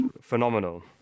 phenomenal